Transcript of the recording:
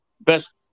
best